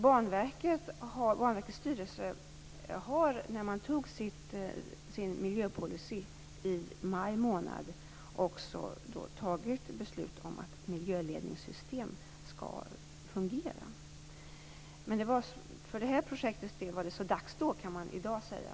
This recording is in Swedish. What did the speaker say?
Banverkets styrelse fattade när man antog sin miljöpolicy i maj månad också beslut om att miljöledningssystem skall fungera. För detta projekts del kan man med viss bitterhet säga att det var så dags då.